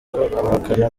bahakana